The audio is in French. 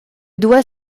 doit